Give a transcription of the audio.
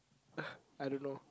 I don't know